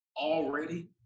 already